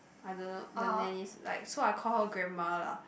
I don't know the nanny's like so I call her grandma lah